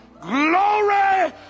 glory